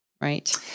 Right